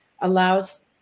allows